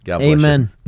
Amen